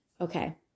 Okay